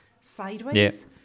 sideways